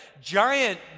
giant